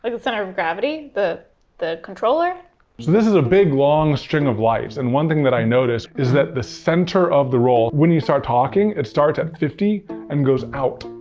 the center of gravity? the the controller? so this is a big long string of lights, and one thing that i noticed is that the center of the roll, when you start talking it starts at fifty and goes out.